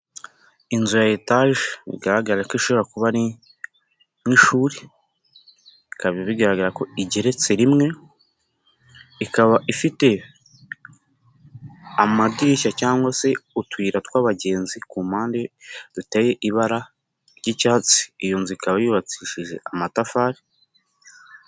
Inzu ya etaje, bigaragare ko ishobora kuba ari nk'ishuri. Ikaba bigaragara ko igeretse rimwe. Ikaba ifite amadirishya cyangwa se utuyira tw'abagenzi ku mpande ziteye ibara ry'icyatsi. Iyo nzu ikaba yubakishije amatafari.